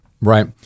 Right